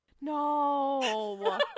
No